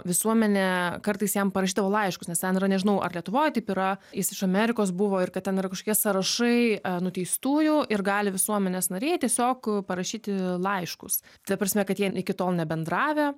visuomenė kartais jam parašydavo laiškus nes ten yra nežinau ar lietuvoj taip yra jis iš amerikos buvo ir kad ten yra kažkokie sąrašai nuteistųjų ir gali visuomenės nariai tiesiog parašyti laiškus ta prasme kad jie iki tol nebendravę